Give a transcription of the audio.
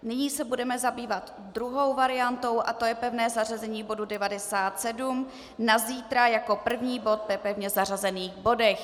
Nyní se budeme zabývat druhou variantou, to je pevné zařazení bodu 97 na zítra jako první bod po pevně zařazených bodech.